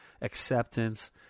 acceptance